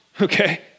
okay